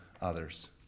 others